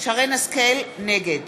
נגד